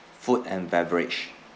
food and beverage